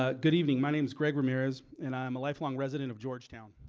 ah good evening my name is greg ramirez and i'm a lifelong resident of georgetown.